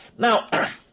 Now